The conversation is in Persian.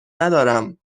ندارم